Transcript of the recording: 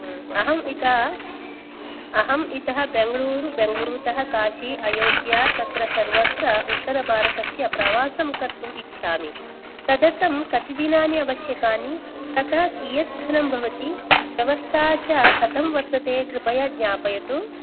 अहम् इतः अहम् इतः बेङ्गलुरु बेङ्गलुरुतः काशि अयोध्या तत्र सर्वत्र उत्तरभारतस्य प्रवासं कर्तुम् इच्छामि तदर्थं कति दिनानि अवश्यकानि अतः कीयद् धनं भवति व्यवस्था च कथं वर्तते कृपया ज्ञापयतु